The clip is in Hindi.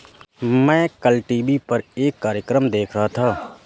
मैं कल टीवी पर एक कार्यक्रम देख रहा था